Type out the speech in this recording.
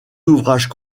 ouvrages